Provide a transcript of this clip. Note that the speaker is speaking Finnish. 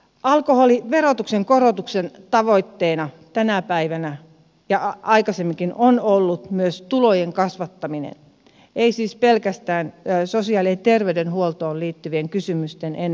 alkoholiverotuksen korotuksen tavoitteena tänä päivänä ja aikaisemminkin on ollut myös tulojen kasvattaminen ei siis pelkästään sosiaali ja terveydenhuoltoon liittyvien kysymysten ennaltaehkäisy